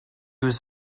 was